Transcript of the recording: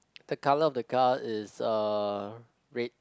the colour of the car is uh red